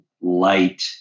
light